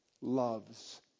loves